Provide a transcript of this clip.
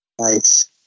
Nice